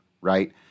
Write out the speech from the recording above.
right